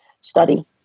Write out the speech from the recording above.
study